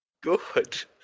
Good